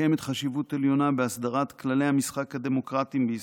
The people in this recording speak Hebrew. קיימת חשיבות עליונה בהסדרת כללי המשחק הדמוקרטיים בישראל,